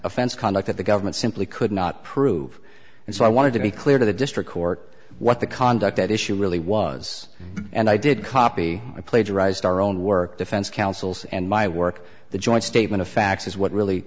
offense conduct that the government simply could not prove and so i wanted to be clear to the district court what the conduct at issue really was and i did copy plagiarised our own work defense counsel's and my work the joint statement of facts is what really